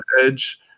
Edge